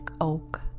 oak